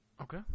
Okay